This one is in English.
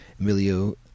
Emilio